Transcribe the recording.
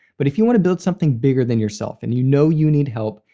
but if you want to build something bigger than yourself and you know you need help,